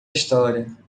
história